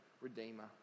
redeemer